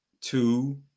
Two